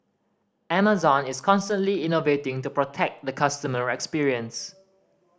Amazon is constantly innovating to protect the customer experience